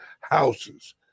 houses